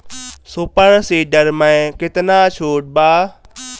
Super seeder मै कितना छुट बा?